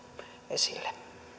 esille